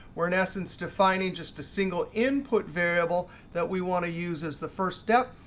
we're in essence defining just a single input variable that we want to use as the first step.